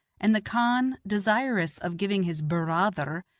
and the khan, desirous of giving his bur-raa-ther,